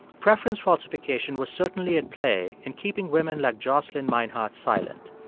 preference falsification was certainly at play in keeping women like jocelyn meinhardt silent,